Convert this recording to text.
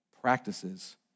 practices